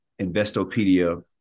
Investopedia